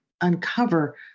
uncover